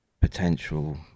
potential